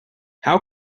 how